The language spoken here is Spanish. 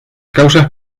causas